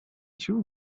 too